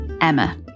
Emma